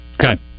Okay